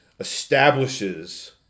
establishes